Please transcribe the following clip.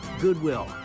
Goodwill